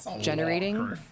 generating